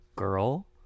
girl